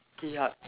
ya